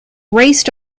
raced